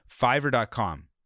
fiverr.com